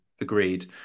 agreed